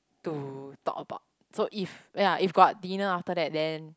to talk about so if ya if got dinner after that then